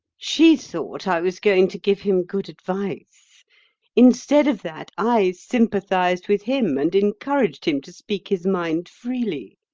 she thought i was going to give him good advice instead of that i sympathised with him and encouraged him to speak his mind freely,